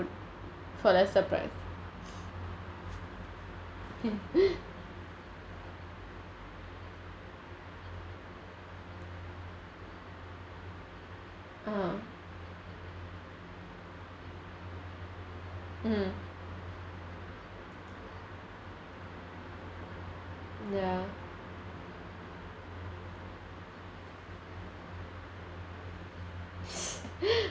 for lesser price (uh huh) mmhmm ya